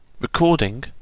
Recording